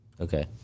Okay